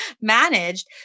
managed